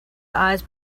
eyes